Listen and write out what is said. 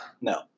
No